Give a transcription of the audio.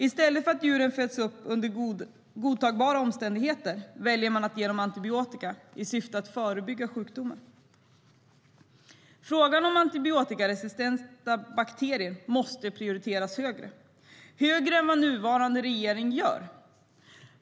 I stället för att djuren föds upp under godtagbara omständigheter väljer man att ge dem antibiotika i syfte att förebygga sjukdomar.Frågan om antibiotikaresistenta bakterier måste prioriteras högt, högre än vad nuvarande regering gör.